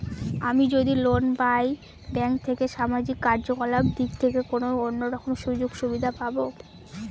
আমি যদি লোন পাই ব্যাংক থেকে সামাজিক কার্যকলাপ দিক থেকে কোনো অন্য রকম সুযোগ সুবিধা পাবো?